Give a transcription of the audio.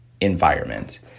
environment